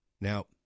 Now